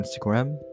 Instagram